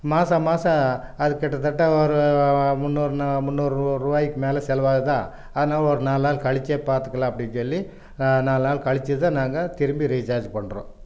மாதம் மாதம் அது கிட்டத்தட்ட ஒரு முன்னூறு முன்னூறு ரூ ரூபாய்க்கு மேல் செலவாகுதா அதனால ஒரு நாலு நாள் கழித்தே பார்த்துக்கலாம் அப்படின்னு சொல்லி நாலு நாள் கழித்து தான் நாங்கள் திரும்பி ரீச்சார்ஜ் பண்ணுறோம்